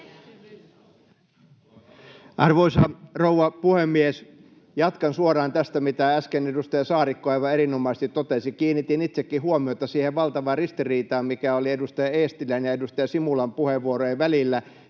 Arvoisa rouva puhemies! Jatkan suoraan tästä, mitä äsken edustaja Saarikko aivan erinomaisesti totesi. Kiinnitin itsekin huomiota siihen valtavaan ristiriitaan, mikä oli edustaja Eestilän ja edustaja Simulan puheenvuorojen välillä.